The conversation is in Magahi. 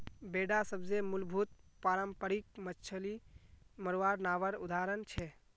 बेडा सबसे मूलभूत पारम्परिक मच्छ्ली मरवार नावर उदाहरण छे